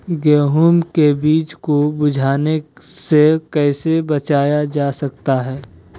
गेंहू के बीज को बिझने से कैसे बचाया जा सकता है?